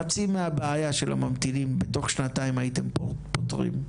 חצי מהבעיה של הממתינים בתוך שנתיים הייתם פותרים.